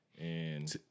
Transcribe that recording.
And-